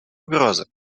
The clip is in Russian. угрозы